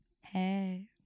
Hey